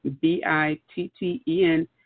B-I-T-T-E-N